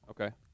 Okay